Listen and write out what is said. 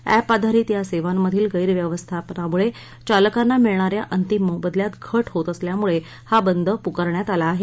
app आधारित या सेवांमधील गैरव्यवस्थापनामुळे चालकांना मिळणा या अंतिम मोबदल्यात घट होत असल्यामुळे हा बंद पुकारण्यात आला आहे